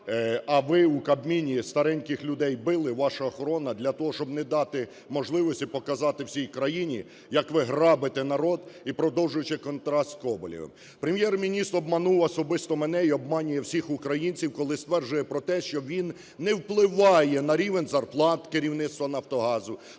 а ви у Кабміні стареньких людей били, ваша охорона, для того, щоб не дати можливості показати всій країні, як ви грабите народ, продовжуючи контракт с Коболєвим. Прем'єр-міністр обманув особисто мене і обманює всіх українців, коли стверджує про те, що він не впливає на рівень зарплат керівництва "Нафтогазу",